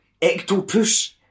Ectopus